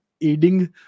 aiding